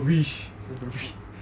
wish